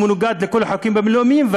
שכן הכיבוש מנוגד לכל החוקים הבין-לאומיים,